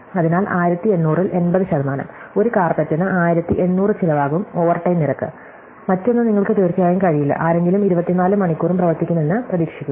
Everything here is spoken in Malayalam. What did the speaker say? അതിനാൽ 1800 ൽ 80 ശതമാനം ഒരു കാര്പെറ്റിനു 1800 ചിലവാകും ഓവർടൈം നിരക്ക് മറ്റൊന്ന് നിങ്ങൾക്ക് തീർച്ചയായും കഴിയില്ല ആരെങ്കിലും 24 മണിക്കൂറും പ്രവർത്തിക്കുമെന്ന് പ്രതീക്ഷിക്കുക